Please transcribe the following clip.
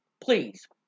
please